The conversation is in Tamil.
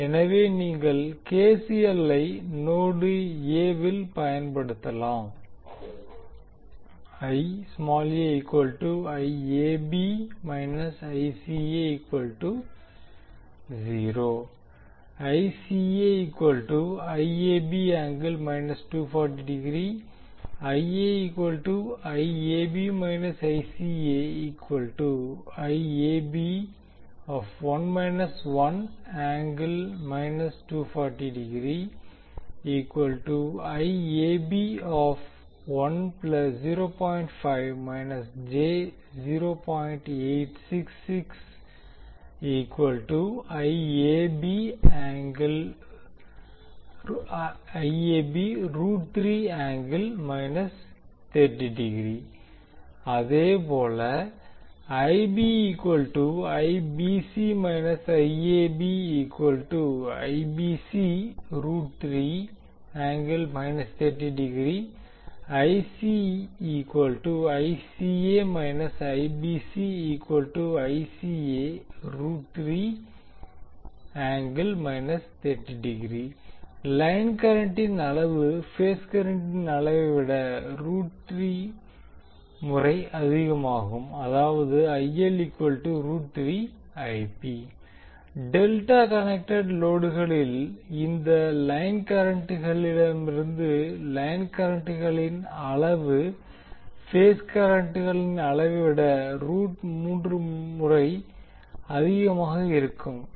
எனவே நீங்கள் கேசிஎல் ஐ நோடு எ வில் பயன்படுத்தினால் அதேபோல லைன் கரண்டின் அளவு பேஸ் கரண்டின் அளவைவிட முறை அதிகமாகும் அதாவது டெல்டா கனெக்டெட் லோடுகளில் இந்த லைன் கரண்ட்களிடமிருந்து லைன் கரண்ட்களின் அளவு பேஸ் கரண்ட்களின் அளவை விட முறை அதிகமாக இருக்கும